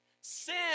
Sin